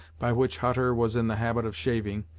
by which hutter was in the habit of shaving,